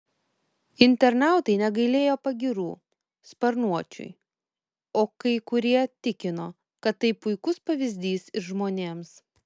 internautai negailėjo pagyrų sparnuočiui o kai kurie tikino kad tai puikus pavyzdys ir žmonėms